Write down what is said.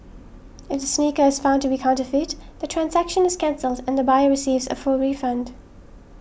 if the sneaker is found to be counterfeit the transaction is cancelled and the buyer receives a full refund